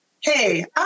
hey